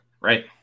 Right